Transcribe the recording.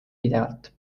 pidevalt